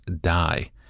die